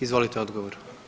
Izvolite odgovor.